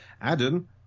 Adam